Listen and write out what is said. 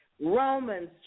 Romans